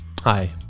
hi